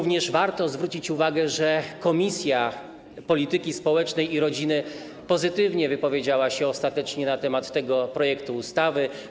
Warto zwrócić uwagę, że Komisja Polityki Społecznej i Rodziny pozytywnie wypowiedziała się ostatecznie na temat tego projektu ustawy.